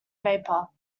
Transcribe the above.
vapor